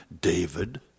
David